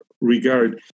regard